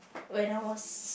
when I was